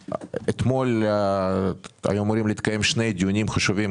אתמול היו אמורים להתקיים שני דיונים חשובים: